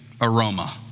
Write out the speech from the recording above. aroma